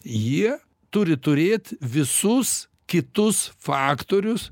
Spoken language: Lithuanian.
jie turi turėt visus kitus faktorius